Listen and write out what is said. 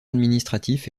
administratif